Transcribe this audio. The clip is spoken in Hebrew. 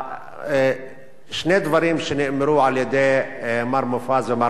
ששני דברים שנאמרו על-ידי מר מופז ומר